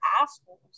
assholes